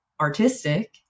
artistic